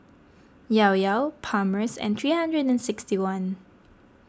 Llao Llao Palmer's and three hundred and sixty one